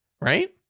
right